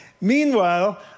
Meanwhile